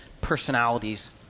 personalities